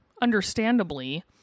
Understandably